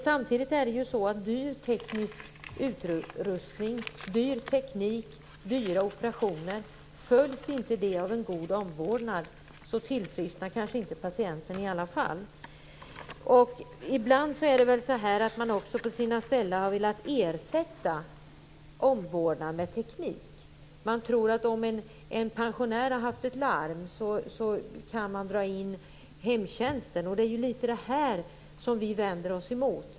Samtidigt är det ju så att om dyr teknisk utrustning, dyr teknik och dyra operationer inte följs av en god omvårdnad tillfrisknar kanske inte patienten i alla fall. Ibland har man väl också på sina ställen velat ersätta omvårdnad med teknik. Man tror att om en pensionär har ett larm så kan man dra in hemtjänsten. Det är detta som vi vänder oss emot.